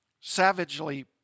savagely